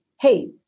Hey